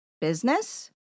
business